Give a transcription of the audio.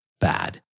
bad